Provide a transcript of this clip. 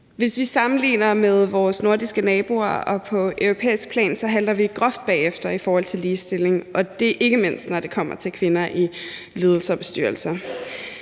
Hvis vi sammenligner os med vores nordiske naboer og på europæisk plan, halter vi groft bagefter i forhold til ligestilling, og det er ikke mindst, når det kommer til kvinder i ledelser og bestyrelser.